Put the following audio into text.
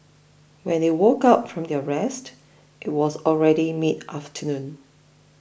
when they woke up from their rest it was already mid afternoon